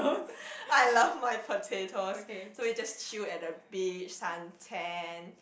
I love my potatoes so we just chew at the beach sun tan